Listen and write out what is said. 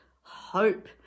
hope